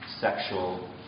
sexual